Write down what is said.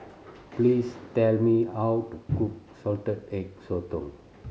please tell me how to cook Salted Egg Sotong